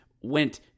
went